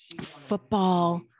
football